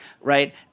right